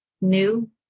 New